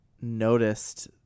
noticed